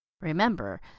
Remember